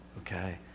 okay